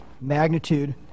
magnitude